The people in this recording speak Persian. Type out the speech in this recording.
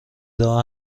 راه